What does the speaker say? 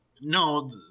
No